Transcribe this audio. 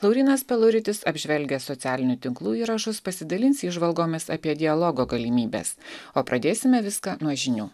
laurynas peluritis apžvelgęs socialinių tinklų įrašus pasidalins įžvalgomis apie dialogo galimybes o pradėsime viską nuo žinių